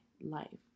life